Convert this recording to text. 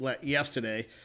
yesterday